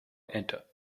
enter